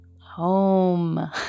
home